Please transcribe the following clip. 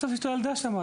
בסוף אשתו ילדה שם.